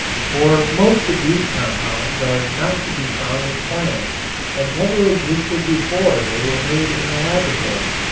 for most of these compounds are not to be found in plants and never existed before they were made in the laboratory.